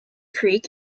creek